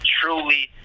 truly